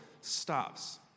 stops